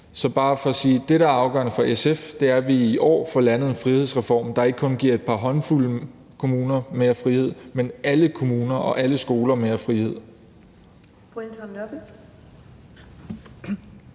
det, der er afgørende for SF, er, at vi i år får landet en frihedsreform, der ikke kun giver et par håndfulde kommuner mere frihed, men alle kommuner og alle skoler mere frihed. Kl. 11:56 Første